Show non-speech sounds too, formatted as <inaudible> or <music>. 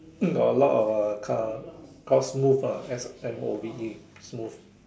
<coughs> got a lot of uh cars called smove ah S_M_O_V_E smove